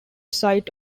site